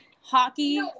hockey